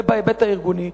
ובהיבט הארגוני,